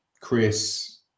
Chris